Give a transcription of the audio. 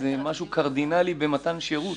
זה משהו קרדינלי במתן שירות.